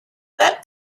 that